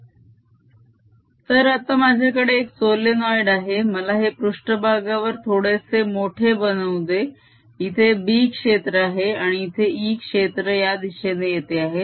2πaEπa2dBdt or Ea2dBdta02dKdt तर आता माझ्याकडे या सोलेनोइड मध्ये मला हे पृष्ट्भागावर थोडेसे मोठे बनवू दे इथे B क्षेत्र आहे आणि इथे E क्षेत्र या दिशेने येते आहे